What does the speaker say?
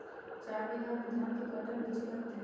चार बीघा में धन के कर्टन बिच्ची लगतै?